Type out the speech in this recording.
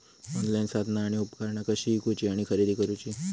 Online साधना आणि उपकरणा कशी ईकूची आणि खरेदी करुची?